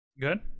good